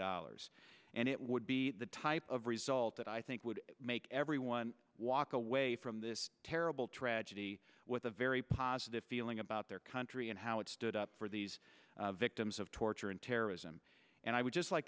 dollars and it would be the type of result that i think would make everyone walk away from this terrible tragedy with a very positive feeling about their country and how it stood up for these victims of torture and terrorism and i would just like